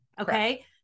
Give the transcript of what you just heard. okay